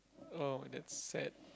oh that's sad